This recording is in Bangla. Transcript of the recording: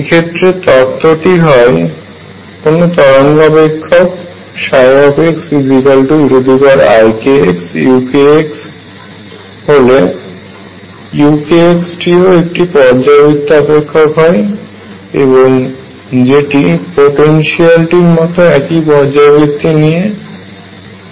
এক্ষেত্রে তত্ত্বটি হয় কোনো তরঙ্গ অপেক্ষক xeikxuk হলে ukx টিও একটি পর্যাবৃত্ত অপেক্ষক হয় এবং যেটি পোটেনশিয়ালটির মত একই পর্যায়বৃত্তি নিয়ে পর্যায়বৃত্ত হয়